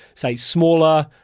say, smaller,